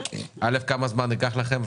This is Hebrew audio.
כמה זמן ייקח לכם,